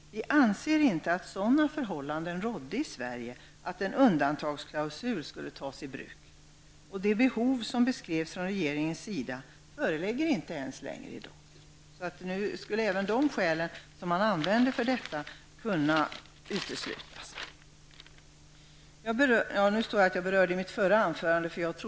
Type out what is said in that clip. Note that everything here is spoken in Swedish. Vi anser inte att sådana förhållanden rådde i Sverige att en undantagsklausul behövde tas i bruk. Det behov som från regeringens sida beskrevs föreligger i dag inte ens längre. Nu skulle alltså även de skäl som man använde för detta kunna avfärdas.